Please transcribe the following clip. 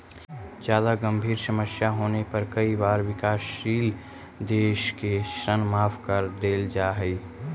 जादा गंभीर समस्या होने पर कई बार विकासशील देशों के ऋण माफ कर देल जा हई